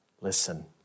listen